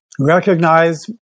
recognize